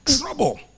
trouble